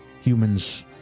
humans